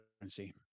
currency